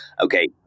Okay